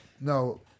No